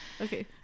okay